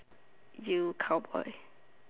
you cowboy